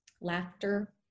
laughter